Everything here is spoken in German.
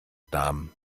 damen